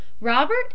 Robert